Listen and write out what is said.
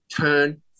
turn